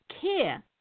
care